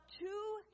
two